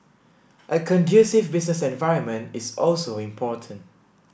a conducive business environment is also important